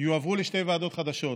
יועברו לשתי ועדות חדשות: